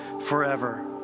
forever